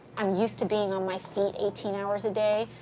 i'm used to being on my feet eighteen hours a day,